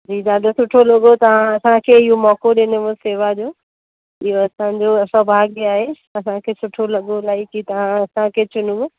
जी ॾाढो सुठो लॻो तव्हां असांखे इहो मौक़ो ॾिनो शेवा जो इहो असांजो सौभाग्य आहे असांखे सुठो लॻो इलाही की तव्हां असांखे चुनो